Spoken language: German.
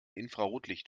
infrarotlicht